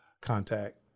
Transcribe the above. contact